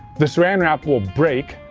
the saran wrap will break,